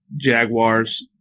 Jaguars